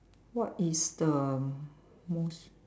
what is the most